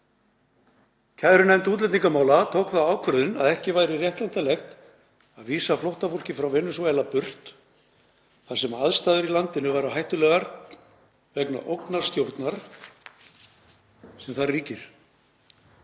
Kærunefnd útlendingamála tók þá ákvörðun að ekki væri réttlætanlegt að vísa flóttafólki frá Venesúela burt þar sem aðstæður í landinu væru hættulegar vegna ógnarstjórnar sem þar ríkir.